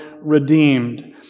redeemed